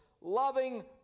loving